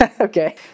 Okay